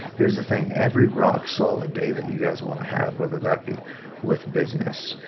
here's the thing, every rock solid day that you guys want to have, whether that be with business,